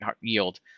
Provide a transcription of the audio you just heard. yield